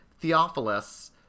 Theophilus